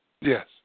Yes